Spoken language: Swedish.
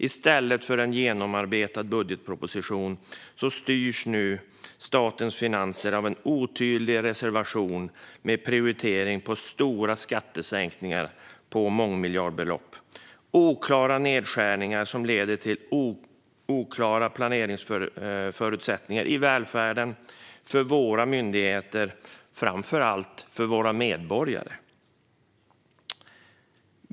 I stället för en genomarbetad budgetproposition styrs statens finanser nu av en otydlig reservation med prioritering av stora skattesänkningar för mångmiljardbelopp och oklara nedskärningar. Detta leder till osäkra planeringsförutsättningar i välfärden och för våra myndigheter men framför allt för våra medborgare.